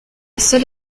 seule